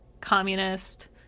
communist